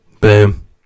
Boom